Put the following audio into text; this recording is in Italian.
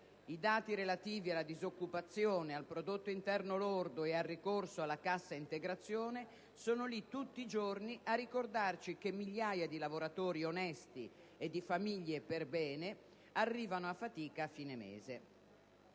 i dati relativi alla disoccupazione, al prodotto interno lordo e al ricorso alla cassa integrazione sono lì tutti i giorni a ricordarci che migliaia di lavoratori onesti e di famiglie perbene arrivano a fatica a fine mese.